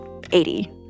80